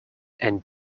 and